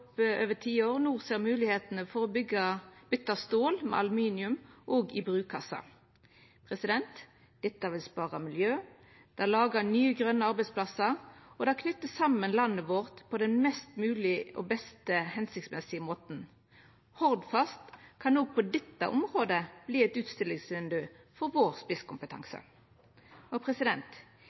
over tiår, no ser moglegheiter for å bytta stål med aluminium også i brukassar. Dette vil spara miljøet, det lagar nye grøne arbeidsplassar og det knyter landet vårt saman på den mest føremålstenlege måten. Hordfast kan òg på dette området verta eit utstillingsvindauge for spisskompetansen vår.